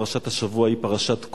פרשת השבוע היא פרשת קורח,